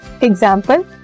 Example